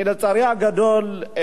לצערי הגדול,